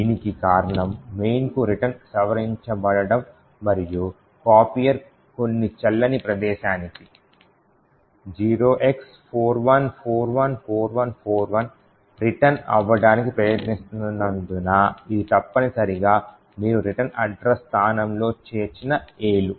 దీనికి కారణం mainకు రిటర్న్ సవరించబడడం మరియు copier కొన్ని చెల్లని ప్రదేశానికి 0x41414141 రిటర్న్ అవ్వడానికి ప్రయత్నిస్తున్నందున ఇది తప్పనిసరిగా మీరు రిటర్న్ అడ్రస్ స్థానంలో చేర్చిన Aలు